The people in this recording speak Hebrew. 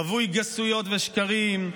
רווי גסויות ושקרים,